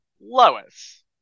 Lois